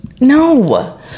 No